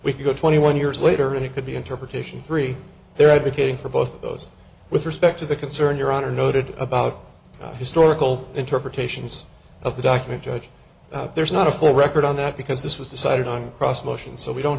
could go twenty one years later and it could be interpretation three they're advocating for both of those with respect to the concern your honor noted about historical interpretations of the document judge there's not a full record on that because this was decided on cross motions so we don't